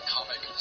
Comic